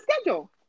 schedule